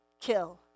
kill